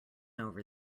over